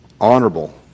honorable